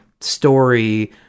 story